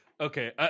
Okay